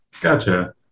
gotcha